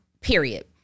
period